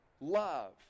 love